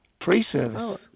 Pre-service